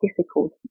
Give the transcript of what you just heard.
difficult